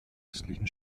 östlichen